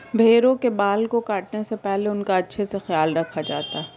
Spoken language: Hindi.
भेड़ों के बाल को काटने से पहले उनका अच्छे से ख्याल रखा जाता है